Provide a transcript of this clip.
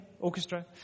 Orchestra